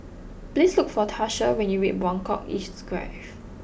please look for Tarsha when you reach Buangkok East Drive